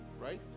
right